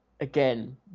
again